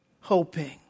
hoping